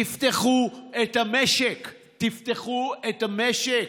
תפתחו את המשק, תפתחו את המשק.